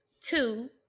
two